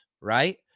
right